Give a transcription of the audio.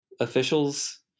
officials